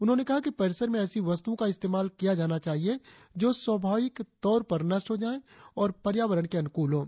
उन्होंने कहा कि परिसर में ऐसी वस्तुओं का इस्तेमाल किया जाना चाहिए जो स्वभाविक तौर से नष्ट हो जाएं और पर्यावरण के लिए अनुकूल हों